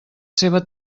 seva